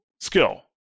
skill